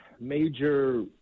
major